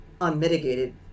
unmitigated